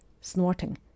snorting